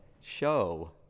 show